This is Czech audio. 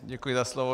Děkuji za slovo.